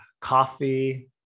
coffee